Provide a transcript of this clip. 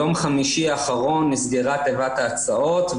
יום חמישי האחרון, נסגרה תיבת ההצעות.